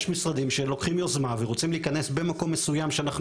יש משרדים שלוקחים יוזמה ורוצים להיכנס במקום מסוים שאנחנו